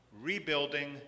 rebuilding